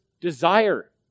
desire